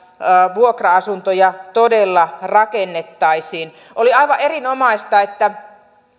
vuokra asuntoja todella rakennettaisiin oli aivan erinomaista että